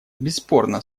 бесспорно